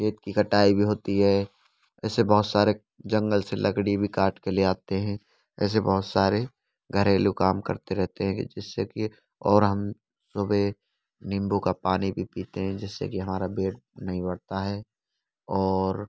खेत की कटाई भी होती है ऐसे बहुत सारे जंगल से लकड़ी भी काट कर ले आते हैं ऐसे बहुत सारे घरेलू काम करते रहते हैं कि जिससे कि और हम सुबह नींबू का पानी भी पीते हैं जिससे कि हमारा पेट नहीं बढ़ता है और